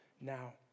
now